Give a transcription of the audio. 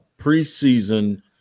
preseason